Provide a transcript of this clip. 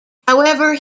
however